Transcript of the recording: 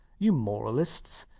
you moralists!